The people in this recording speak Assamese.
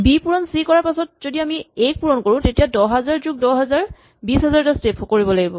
বি পূৰণ চি কৰাৰ পাছত যদি আমি এ ক পূৰণ কৰো তেতিয়া দহ হাজাৰ যোগ দহ হাজাৰ বিশ হাজাৰ টা স্টেপ কৰিব লাগিব